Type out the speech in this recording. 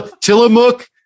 Tillamook